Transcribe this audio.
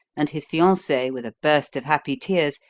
and his fiancee, with a burst of happy tears,